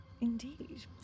Indeed